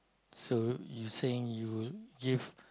so you saying you would give